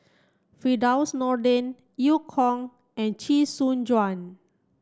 Firdaus Nordin Eu Kong and Chee Soon Juan